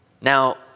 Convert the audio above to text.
Now